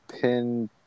pin